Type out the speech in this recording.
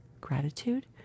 gratitude